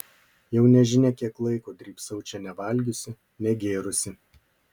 jau nežinia kiek laiko drybsau čia nevalgiusi negėrusi